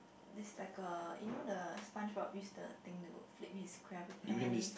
is like a you know the SpongeBob use the thing to flip his Krabby-Patty